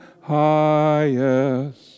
highest